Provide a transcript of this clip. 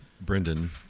Brendan